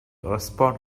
respond